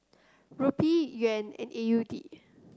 Rupee Yuan and A U D